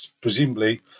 presumably